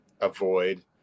avoid